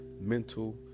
mental